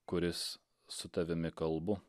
kuris su tavimi kalbu